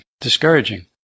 discouraging